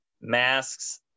masks